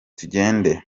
tugende